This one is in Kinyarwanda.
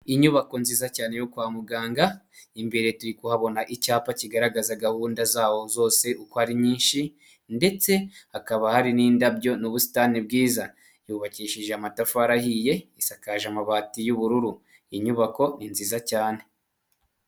Inyubako nziza cyane yo kwa muganga imbere turi kuhabona icyapa kigaragaza gahunda zaho zose uko ari nyinshi ndetse hakaba hari n'indabyo n'ubusitani bwiza. Yubakishije amatafari ahiye isakaje amabati y'ubururu inyubako ni nziza cyane.